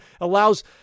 Allows